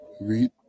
Read